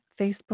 Facebook